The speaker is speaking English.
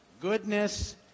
goodness